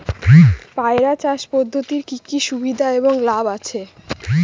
পয়রা চাষ পদ্ধতির কি কি সুবিধা এবং লাভ আছে?